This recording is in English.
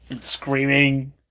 Screaming